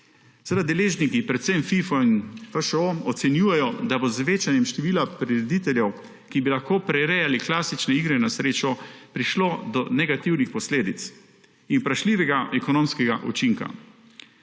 Deležniki, predvsem FIHO in FŠO, ocenjujejo, da bo z večanjem števila prirediteljev, ki bi lahko prirejali klasične igre na srečo, prišlo do negativnih posledic in vprašljivega ekonomskega učinka.